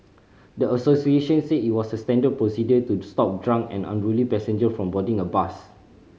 the associations said it was standard procedure to stop drunk or unruly passenger from boarding a bus